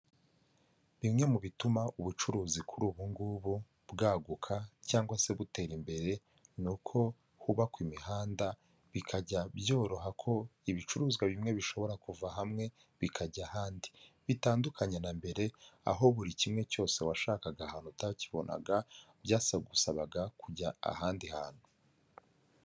Bimwe mu bituma ubucuruzi kuri ubu ngubu bwaguka cyangwa se butera imbere ni uko hubakwa imihanda bikajya byoroha ko ibicuruzwa bimwe bishobora kuva hamwe bikajya ahandi bitandukanye na mbere, aho buri kimwe cyose washakaga ahantu utakibonaga byasagusabaga kujya ahandi hantu.